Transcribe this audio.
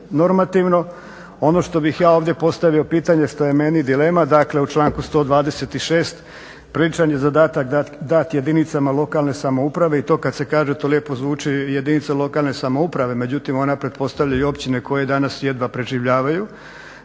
normativno. Ono što bih ja ovdje postavio pitanje što je meni dilema, dakle u članku 126. priličan je zadatak dati jedinicama lokalne samouprave i to kad se kaže to lijepo zvuči jedinice lokalne samouprave. Međutim, ona pretpostavlja i općine koje danas jedva preživljavaju,